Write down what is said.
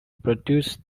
produce